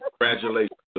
congratulations